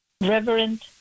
Reverend